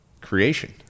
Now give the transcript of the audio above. creation